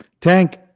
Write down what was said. Tank